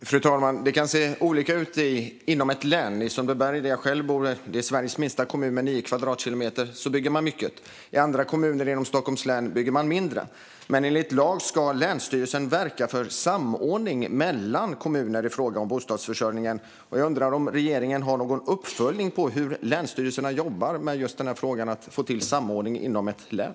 Fru talman! Det kan se olika ut inom ett län. Sundbyberg, där jag själv bor, är med sina nio kvadratkilometer Sveriges minsta kommun. Där bygger man mycket. I andra kommuner inom Stockholms län bygger man mindre. Men enligt lag ska länsstyrelsen verka för samordning mellan kommuner i fråga om bostadsförsörjningen. Jag undrar om regeringen har någon uppföljning av hur länsstyrelserna jobbar med frågan att få till samordning inom ett län.